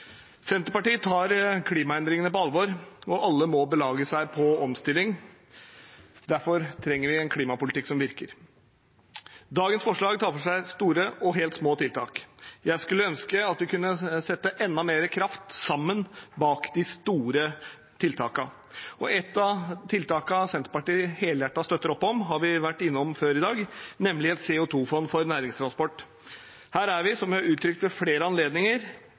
Senterpartiet tar klimaendringene på alvor. Alle må belage seg på omstilling, og derfor trenger vi en klimapolitikk som virker. Dagens forslag tar for seg store og helt små tiltak. Jeg skulle ønske at vi sammen kunne satt enda mer kraft bak de store tiltakene. Et av tiltakene som Senterpartiet helhjertet støtter opp om, har vi vært innom før i dag, nemlig et CO2-fond for næringstransport. Her er vi, som jeg har uttrykt ved flere anledninger,